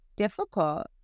difficult